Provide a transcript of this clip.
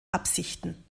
absichten